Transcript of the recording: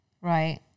Right